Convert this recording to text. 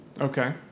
Okay